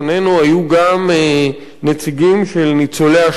היו גם נציגים של ניצולי השואה,